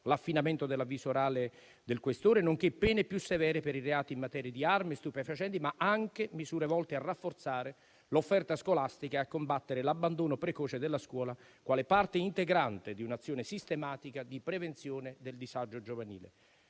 l'affinamento dell'avviso orale del questore, nonché pene più severe per i reati in materia di armi e stupefacenti, ma anche misure volte a rafforzare l'offerta scolastica e a combattere l'abbandono precoce della scuola, quale parte integrante di un'azione sistematica di prevenzione del disagio giovanile.